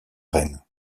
reine